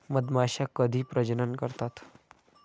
मधमाश्या कधी प्रजनन करतात?